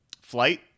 Flight